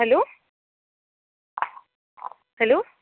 hello hello